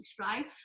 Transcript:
right